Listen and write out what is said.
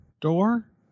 door